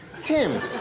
Tim